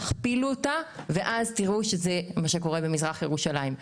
תכפילו אותה ואז תראו שזה מה שקורה במזרח ירושלים,